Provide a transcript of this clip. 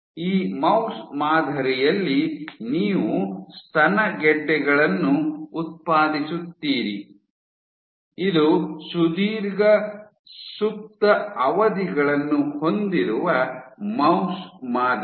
ಈ ಮೌಸ್ ಮಾದರಿಯಲ್ಲಿ ನೀವು ಸ್ತನ ಗೆಡ್ಡೆಗಳನ್ನು ಉತ್ಪಾದಿಸುತ್ತೀರಿ ಇದು ಸುದೀರ್ಘ ಸುಪ್ತ ಅವಧಿಗಳನ್ನು ಹೊಂದಿರುವ ಮೌಸ್ ಮಾದರಿ